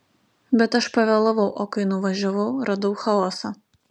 bet aš pavėlavau o kai nuvažiavau radau chaosą